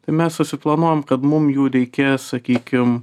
tai mes susiplanuojam kad mum jų reikės sakykim